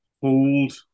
hold